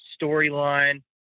storyline